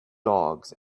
dogs